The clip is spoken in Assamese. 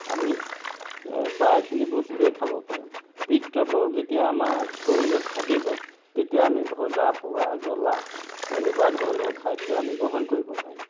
আমি প্ৰায়খিনি বস্তুৱেই খাব পাৰিম পিত্তটো যেতিয়া আমাৰ শৰীৰত থাকিব তেতিয়া আমি ভজা পোৰা জলা এনেকুৱা ধৰণৰ খাদ্য আমি গ্ৰহণ কৰিব নোৱাৰিম